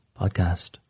podcast